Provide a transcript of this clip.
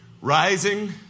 Rising